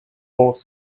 all